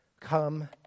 come